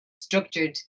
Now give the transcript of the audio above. structured